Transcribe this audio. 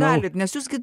galit nes jūs gi